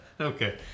Okay